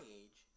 age